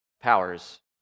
powers